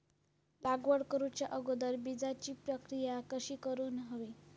लागवड करूच्या अगोदर बिजाची प्रकिया कशी करून हवी?